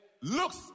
Looks